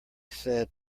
sad